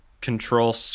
control